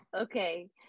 okay